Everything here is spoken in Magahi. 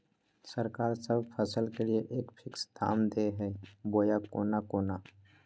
सरकार सब फसल के लिए एक फिक्स दाम दे है बोया कोनो कोनो?